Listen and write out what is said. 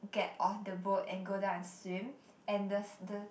get off the boat and go down and swim and the the